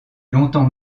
longtemps